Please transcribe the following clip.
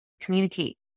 communicate